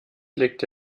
legte